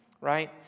right